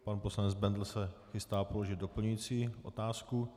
Pan poslanec Bendl se chystá položit doplňující otázku.